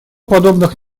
подобных